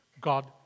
God